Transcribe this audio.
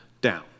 down